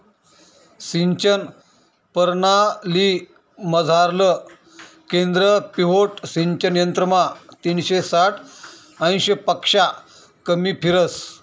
सिंचन परणालीमझारलं केंद्र पिव्होट सिंचन यंत्रमा तीनशे साठ अंशपक्शा कमी फिरस